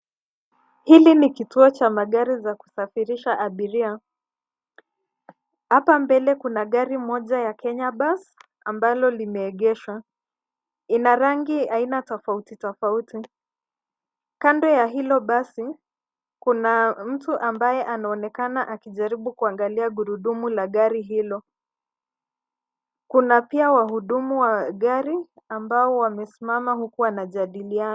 Hili ni kituo cha magari za kusafirisha abiria. Hapa mbele kuna gari moja ya Kenya bus ambalo limeegeshwa. Ina rangi aina tofauti tofauti. Kando ya hilo basi ,kuna mtu ambaye anaonekana akijaribu kuangalia gurudumu la gari hilo. Kuna pia wahudumu wa gari ambao wamesimama huku wanajadiliana.